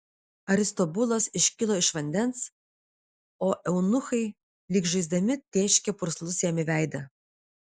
aristobulas iškilo iš vandens o eunuchai lyg žaisdami tėškė purslus jam į veidą